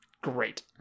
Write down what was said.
great